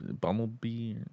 Bumblebee